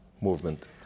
movement